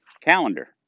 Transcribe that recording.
calendar